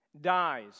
dies